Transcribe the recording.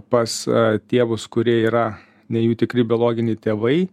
pas tėvus kurie yra ne jų tikri biologiniai tėvai